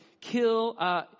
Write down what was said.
kill